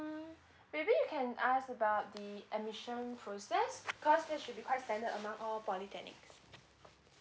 maybe you can ask about the admissions process because that should be quite standard among all polytechnic